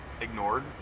ignored